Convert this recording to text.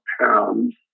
pounds